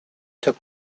took